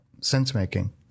sense-making